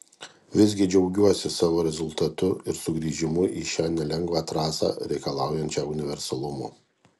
visgi džiaugiuosi savo rezultatu ir sugrįžimu į šią nelengvą trasą reikalaujančią universalumo